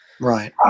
Right